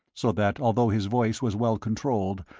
so that although his voice was well controlled,